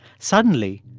suddenly,